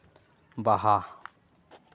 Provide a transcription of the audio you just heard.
ᱵᱟᱦᱟ